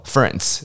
Friends